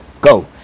go